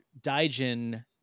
Daijin